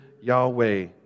Yahweh